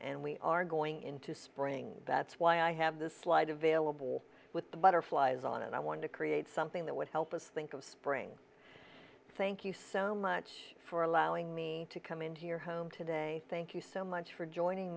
and we are going into spring that's why i have this slide available with the butterflies on and i want to create something that would help us think of spring thank you so much for allowing me to come into your home today thank you so much for joining